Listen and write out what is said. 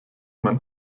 mein